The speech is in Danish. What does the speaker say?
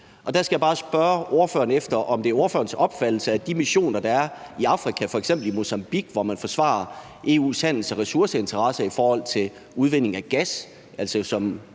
Der skal jeg bare spørge ind til ordførerens opfattelse af de missioner, der er i Afrika, f.eks. missionen i Mozambique, hvor man forsvarer EU's handels- og ressourceinteresser i forhold til udvinding af gas,